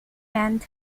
end